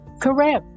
Correct